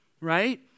right